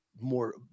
more